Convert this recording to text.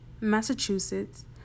Massachusetts